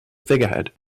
figurehead